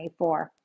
2024